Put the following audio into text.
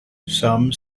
some